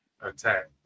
attack